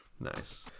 nice